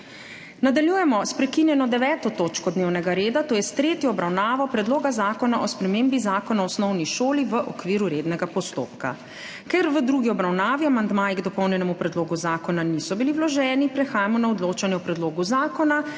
Nadaljujemo s prekinjeno 14. točko dnevnega reda, to je s tretjo obravnavo Predloga zakona o spremembah in dopolnitvah Pomorskega zakonika v okviru rednega postopka. Ker v drugi obravnavi amandmaji k dopolnjenemu predlogu zakona niso bili vloženi, prehajamo na odločanje o predlogu zakona.